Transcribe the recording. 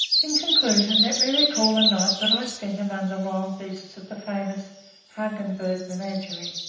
in conclusion, let me recall a night that i spent among the wild beasts of the famous hagenbeck menagerie.